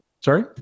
Sorry